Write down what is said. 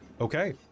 Okay